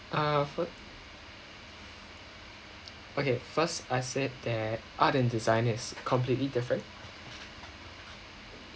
uh fir~ okay first I said that art and design is completely different